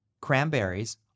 cranberries